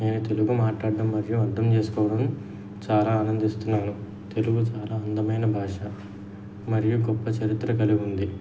నేను తెలుగు మాట్లాడడం మరియు అర్థం చేసుకోవడం చాలా ఆనందిస్తున్నాను తెలుగు చాలా అందమైన భాష మరియు గొప్ప చరిత్ర కలిగుంది